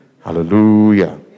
Hallelujah